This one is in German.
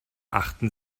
achten